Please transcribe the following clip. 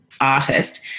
artist